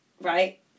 right